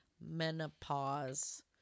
menopause